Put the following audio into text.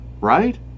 right